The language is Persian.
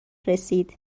رسید